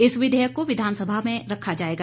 इस विधेयक को विधानसभा में रखा जाएगा